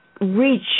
reach